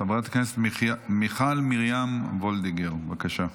חברת הכנסת מיכל מרים וולדיגר, בבקשה.